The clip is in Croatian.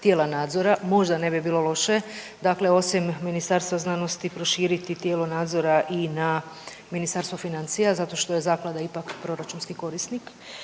tijela nadzora možda ne bi bilo loše, dakle osim Ministarstva znanosti proširiti tijelo nadzora i na Ministarstvo financija zato što je zaklada ipak proračunski korisnik.